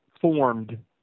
formed